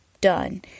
Done